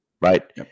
Right